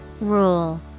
Rule